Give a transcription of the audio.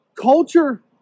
culture